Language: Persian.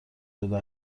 شده